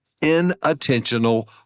inattentional